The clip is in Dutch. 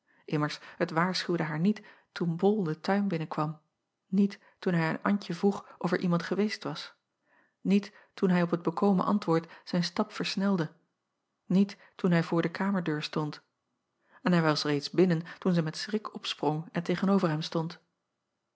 immers het waarschuwde haar niet toen ol den tuin binnenkwam niet acob van ennep laasje evenster delen toen hij aan ntje vroeg of er iemand geweest was niet toen hij op het bekomen antwoord zijn stap versnelde niet toen hij voor de kamerdeur stond en hij was reeds binnen toen zij met schrik opsprong en tegen-over hem stond